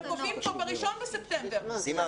אבל גובים כבר ב-1 בספטמבר אז איך זה מחויב?